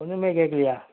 ஒன்னுமே கேட்கலையா